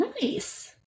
Nice